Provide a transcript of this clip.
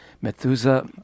Methuselah